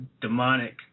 demonic